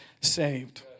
saved